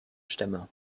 stämme